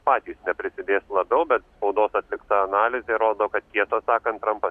patys neprisidės labiau bet spaudos atlikta analizė rodo kad tiesą sakant trampas